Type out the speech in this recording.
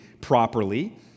properly